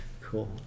Cool